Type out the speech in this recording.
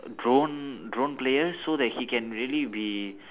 drone drone player so that he can really be